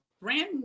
brand